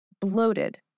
bloated